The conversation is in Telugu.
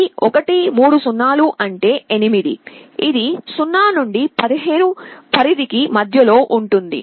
ఈ 1 0 0 0 అంటే 8 ఇది 0 నుండి 15 పరిధికి మధ్య లో ఉంటుంది